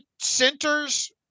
centers